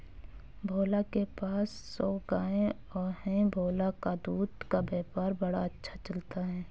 भोला के पास सौ गाय है भोला का दूध का व्यापार बड़ा अच्छा चलता है